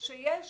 שיש